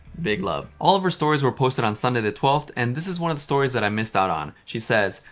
big love. all of her stories were posted on sunday the twelfth and this is one of the stories that i missed out on. she says,